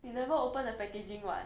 we never open the packaging [what]